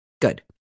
Good